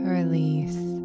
Release